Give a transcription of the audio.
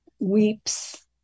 weeps